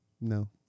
No